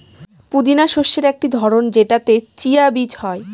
পুদিনা শস্যের একটি ধরন যেটাতে চিয়া বীজ হয়